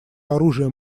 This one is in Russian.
оружием